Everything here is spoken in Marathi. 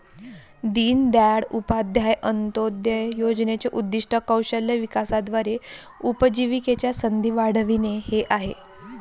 दीनदयाळ उपाध्याय अंत्योदय योजनेचे उद्दीष्ट कौशल्य विकासाद्वारे उपजीविकेच्या संधी वाढविणे हे आहे